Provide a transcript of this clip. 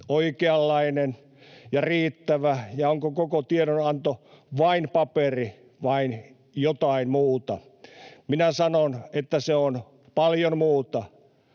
oikeanlainen ja riittävä ja onko koko tiedonanto vain paperi vai jotain muuta. Minä sanon, että se on paljon muuta,